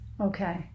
Okay